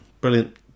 brilliant